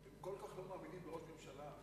הם כל כך לא מאמינים בראש הממשלה,